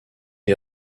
est